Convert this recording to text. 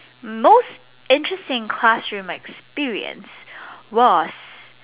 most interesting classroom experience was